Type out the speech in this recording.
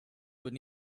would